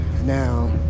now